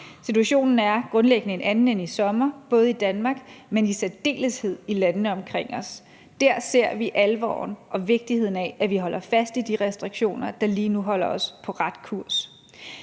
Situationen er grundlæggende en anden end i sommer, både i Danmark, men i særdeleshed i landene omkring os. Dér ser vi alvoren og vigtigheden af, at vi holder fast i de restriktioner, der lige nu holder os på rette kurs.